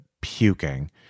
puking